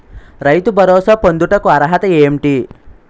రైతు భరోసా పొందుటకు అర్హత ఏంటి?